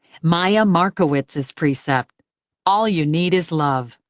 maya markowitz's precept all you need is love.